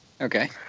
Okay